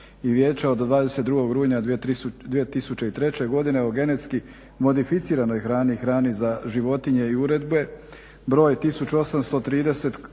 Hvala vam